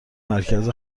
مرکز